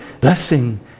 Blessing